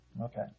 Okay